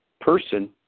person